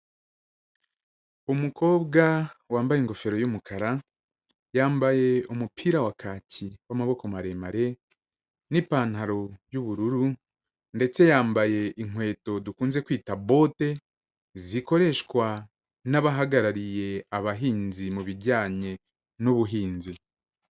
Umukobwa wambaye ingofero y'umukara, yambaye umupira wa kaki w'amaboko maremare n'ipantaro y'ubururu ndetse yambaye inkweto dukunze kwita bote, zikoreshwa n'abahagarariye abahinzi mu bijyanye n'ubuhinzi.